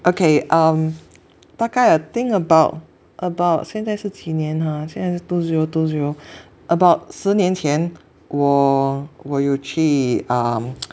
okay um 大概 I think about about 现在是几年 ha 现在是 two zero two zero about 十年前我我有去 um